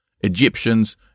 Egyptians